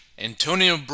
Antonio